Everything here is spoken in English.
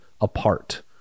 apart